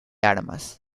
armas